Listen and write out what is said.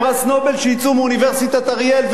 חתני פרס נובל שיצאו מאוניברסיטת אריאל,